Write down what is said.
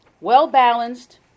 well-balanced